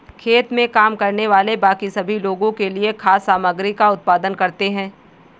खेत में काम करने वाले बाकी सभी लोगों के लिए खाद्य सामग्री का उत्पादन करते हैं